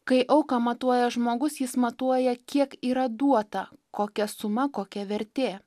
kai auką matuoja žmogus jis matuoja kiek yra duota kokia suma kokia vertė